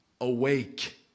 awake